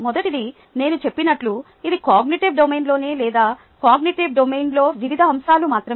మొదటిది నేను చెప్పినట్లు ఇది కాగ్నిటివ్ డొమైన్లోనే లేదా కాగ్నిటివ్ డొమైన్లో వివిధ అంశాలు మాత్రమే